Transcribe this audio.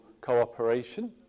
cooperation